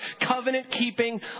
covenant-keeping